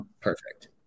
perfect